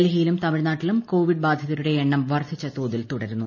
ഡൽഹിയിലും തമിഴ്നാട്ടിലും കോവിഡ് ബാധിതരുടെ എണ്ണം വർദ്ധിച്ച തോതിൽ തുടരുന്നു